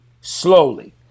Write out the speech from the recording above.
slowly